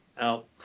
out